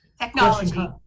Technology